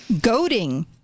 goading